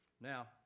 Now